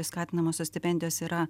skatinamosios stipendijos yra